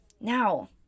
Now